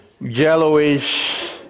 yellowish